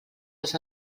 els